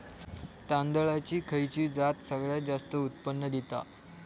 तांदळाची खयची जात सगळयात जास्त उत्पन्न दिता?